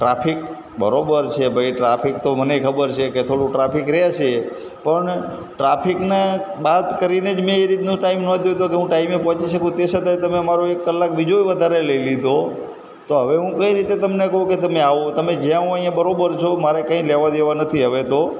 traffic બરાબર છે ભાઈ ટ્રાફિક તો મનેય ખબર છે થોડું ટ્રાફિક રહે છે પણ ટ્રાફિકને બાદ કરીને જ મેં એ રીતનો ટાઈમ નોંધ્યો હતો કે હું ટાઈમે પહોંચી શકું તે છતાં તમે મારો એક કલાક બીજો વધારે લઈ લીધો તો હવે હું કઈ રીતે તમને કહું કે તમે આવો તમે જ્યાં હોય ત્યાં બરાબર છો મારે કંઈ લેવાદેવા નથી હવે તો